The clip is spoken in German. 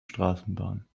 straßenbahn